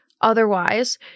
Otherwise